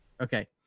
Okay